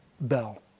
bell